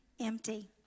empty